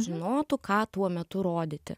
žinotų ką tuo metu rodyti